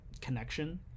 connection